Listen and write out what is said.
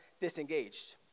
disengaged